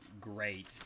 great